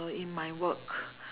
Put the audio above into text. or in my work